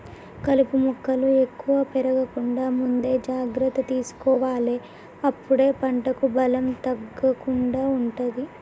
కలుపు మొక్కలు ఎక్కువ పెరగకుండా ముందే జాగ్రత్త తీసుకోవాలె అప్పుడే పంటకు బలం తగ్గకుండా ఉంటది